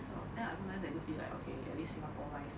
so ya sometimes I do feel like okay at least singapore wise